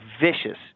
vicious